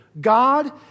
God